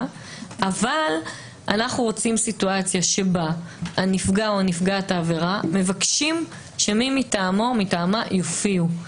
אנו רוצים מצב שבו נפגע/ת העבירה מבקשים שמי מטעמם יופיעו.